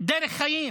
כדרך חיים.